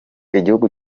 igihugu